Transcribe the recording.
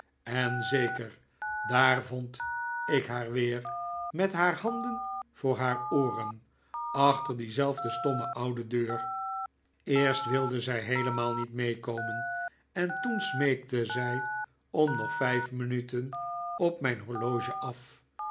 en zeker daar vond ik haar weer met haar handen voor haar ooren achter diezelfde stomme oude deur eerst wilde zij heelemaal niet meekomen en toen smeekte zij om nog vijf minuten op mijn horloge af